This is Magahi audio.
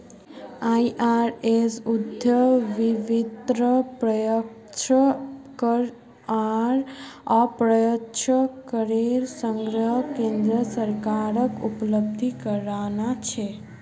आई.आर.एस उद्देश्य विभिन्न प्रत्यक्ष कर आर अप्रत्यक्ष करेर संग्रह केन्द्र सरकारक उपलब्ध कराना छे